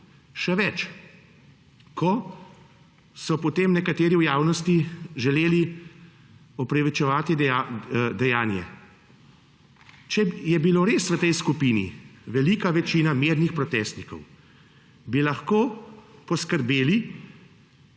Še več, ko so potem nekateri v javnosti želeli opravičevati dejanje. Če je bila res v tej skupini velika večina mirnih protestnikov, bi lahko poskrbeli,